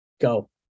go